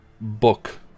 book